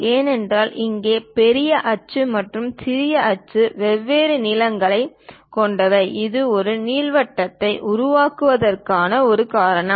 ஏனென்றால் இங்கே பெரிய அச்சு மற்றும் சிறிய அச்சு வெவ்வேறு நீளங்களைக் கொண்டவை இது ஒரு நீள்வட்டத்தை உருவாக்குவதற்கான ஒரு காரணம்